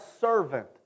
servant